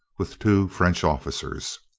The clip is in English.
with two french officers.